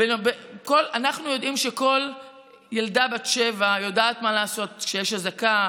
אנחנו יודעים שכל ילדה בת שבע יודעת מה לעשות כשיש אזעקה,